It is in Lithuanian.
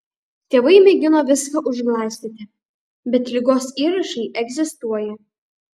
tėvai mėgino viską užglaistyti bet ligos įrašai egzistuoja